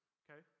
okay